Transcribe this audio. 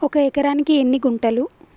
ఒక ఎకరానికి ఎన్ని గుంటలు?